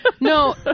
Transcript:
No